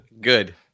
Good